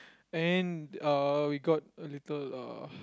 and uh we got a little uh